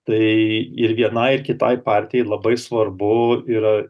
tai ir vienai ir kitai partijai labai svarbu yra